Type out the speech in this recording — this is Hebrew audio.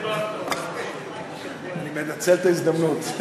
אני מנצל את ההזדמנות.